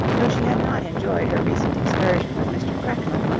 though she had not enjoyed her recent excursion with mr. cracknell,